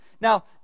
Now